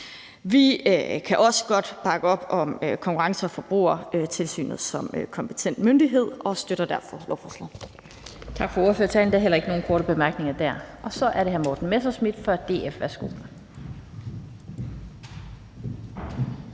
Vi kan også godt bakke op om Konkurrence- og Forbrugerstyrelsen som kompetent myndighed og støtter derfor lovforslaget.